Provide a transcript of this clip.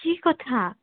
কি কথা